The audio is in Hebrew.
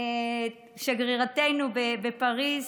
שגרירתנו בפריז,